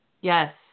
Yes